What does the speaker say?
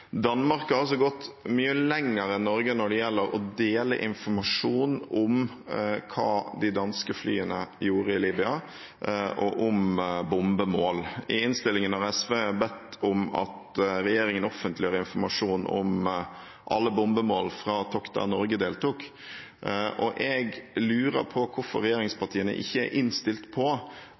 Danmark har gått mye lenger enn Norge når det gjelder å dele informasjon om hva de danske flyene gjorde i Libya, og om bombemål. I innstillingen har SV bedt om at regjeringen offentliggjør informasjon om alle bombemål fra tokt der Norge deltok. Jeg lurer på hvorfor regjeringspartiene ikke er innstilt på